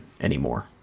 anymore